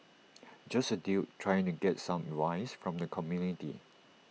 just A dude trying to get some advice from the community